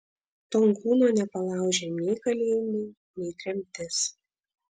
tonkūno nepalaužė nei kalėjimai nei tremtis